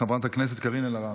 חברת הכנסת קארין אלהרר,